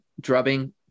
drubbing